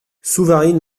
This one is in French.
souvarine